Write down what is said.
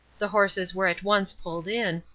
the horses were at once pulled in,